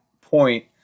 point